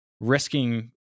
risking